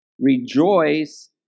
rejoice